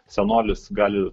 senolis gali